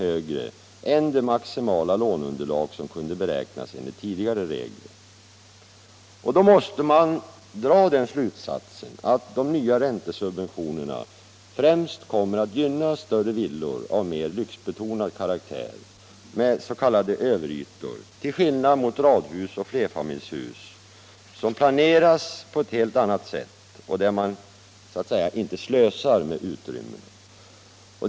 högre än det maximala låneunderlag som kunde beräknas enligt tidigare regler. Då måste man dra den slutsatsen att de nya räntesubventionerna främst kommer att gynna större villor av mer lyxbetonad karaktär med s.k. överytor till skillnad från radhus och flerfamiljshus, som planeras på helt annat sätt och där man inte slösar med utrymme.